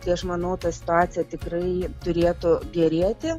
tai aš manau ta situacija tikrai turėtų gerėti